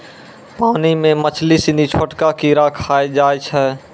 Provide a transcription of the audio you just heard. पानी मे मछली सिनी छोटका कीड़ा खाय जाय छै